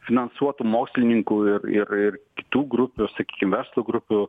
finansuotų mokslininkų ir ir ir kitų grupių sakykim verslo grupių